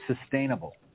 sustainable